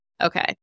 Okay